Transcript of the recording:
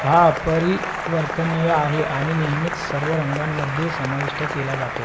हा अपरिवर्तनीय आहे आणि नेहमीच सर्व रंगांमध्ये समाविष्ट केला जातो